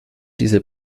dieser